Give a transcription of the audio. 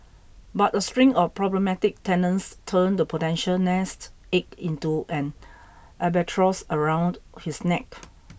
but a string of problematic tenants turned the potential nest egg into an albatross around his neck